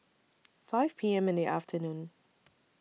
five P M in The afternoon